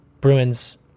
Bruins